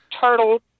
turtle